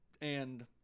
and-